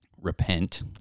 repent